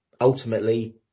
ultimately